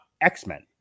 X-Men